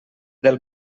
del